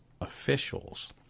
officials